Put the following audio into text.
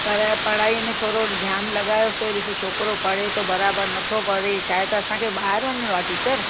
पर पढ़ाआ में थोरो ध्यानु लॻायोसि ॾिसो छोकिरो पढ़े थो बराबरि नथो पढ़े छाहे त असांखे ॿाहिरि वञिणो आहे टीचर